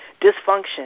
dysfunction